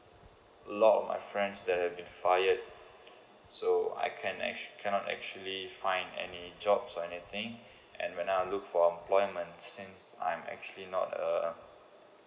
lot of my friend they have been fired so I can act~ cannot actually find any jobs or anything and when I'll look for employment since I'm actually not a